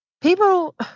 people